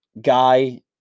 guy